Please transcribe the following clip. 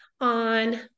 on